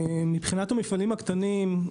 מבחינת המפעלים הקטנים,